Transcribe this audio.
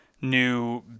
new